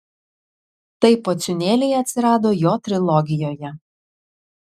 taip pociūnėliai atsirado jo trilogijoje